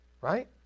right